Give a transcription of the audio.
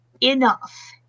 enough